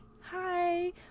Hi